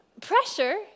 Pressure